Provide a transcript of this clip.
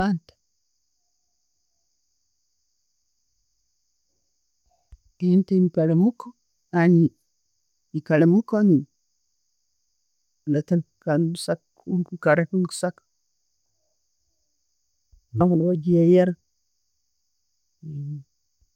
Ante, nkente nkitwara muka, nyikara muka no, kwikara kimu omukisaka.